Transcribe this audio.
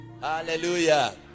Hallelujah